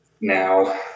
Now